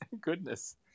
goodness